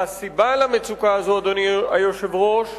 והסיבה למצוקה הזו, אדוני היושב-ראש,